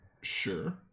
Sure